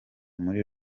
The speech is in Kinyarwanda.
muri